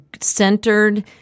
centered